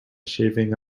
shaving